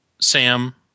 Sam